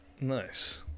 nice